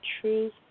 truth